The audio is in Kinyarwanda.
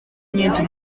nyinshi